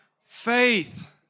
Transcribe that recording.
faith